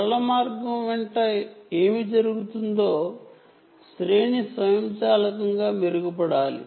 సరళ మార్గం వెంట ఏమి జరుగుతుందో రేంజ్ స్వయంచాలకంగా మెరుగుపడాలి